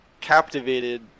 captivated